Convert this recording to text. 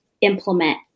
implement